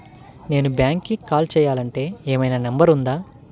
నేను బ్యాంక్కి కాల్ చేయాలంటే ఏమయినా నంబర్ ఉందా?